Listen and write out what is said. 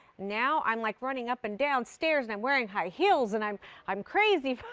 now i'm like running up and downstairs and i'm wearing high heels and i'm i'm crazy.